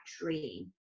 dream